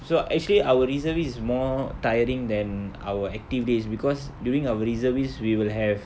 so actually our reservist is more tiring than our active days because during our reservist we will have